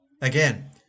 Again